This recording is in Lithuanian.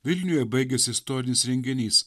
vilniuje baigėsi istorinis renginys